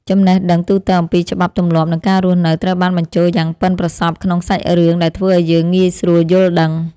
ចំណេះដឹងទូទៅអំពីច្បាប់ទម្លាប់និងការរស់នៅត្រូវបានបញ្ចូលយ៉ាងប៉ិនប្រសប់ក្នុងសាច់រឿងដែលធ្វើឱ្យយើងងាយស្រួលយល់ដឹង។